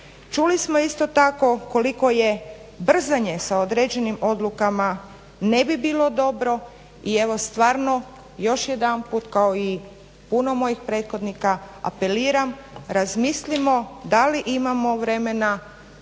Čuli smo isto tako koliko je brzanje sa određenim odlukama ne bi bilo dobro i evo stvarno još jedanput kao i puno mojih prethodnika apeliram razmislimo da li imamo vremena